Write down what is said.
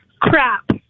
crap